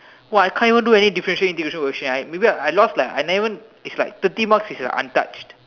!wah! I can't even do any differentiation integration maybe I lost like I never even it's like thirty marks is like untouched